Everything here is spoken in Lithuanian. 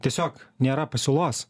tiesiog nėra pasiūlos